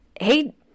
Hey